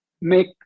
make